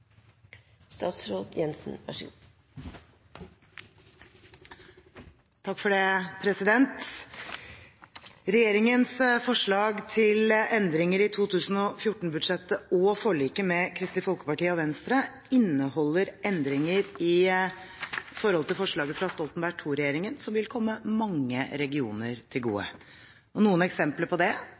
Regjeringens forslag til endringer i 2014-budsjettet og forliket med Kristelig Folkeparti og Venstre inneholder endringer i forhold til forslaget fra Stoltenberg II-regjeringen som vil komme mange regioner til gode. Noen eksempler på det